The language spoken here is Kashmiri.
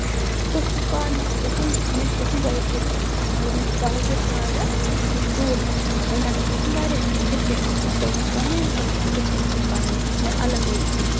تۄہہِ چھو پَے مےٚ چھُ گژھُن مےٚ چھُ گژھُن دۄیہِ ترٛےٚ دۄہ مطلب مےٚ چھِ کَزِنہِ خانٛدر مےٚ چھِ توٗرۍ گژھُن مَگر مےٚ گژھِ آسُن واریاہ کیٚنٛہہ ڈِفرَنٛٹ پَہمَتھ تُہۍ ہیٚکِوا میٛانہِ خٲطرٕ سُہ ڈِفرَنٹ کینٛہہ بَنٲیِتھ یُس مےٚ الگ لُک دی